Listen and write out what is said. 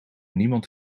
niemand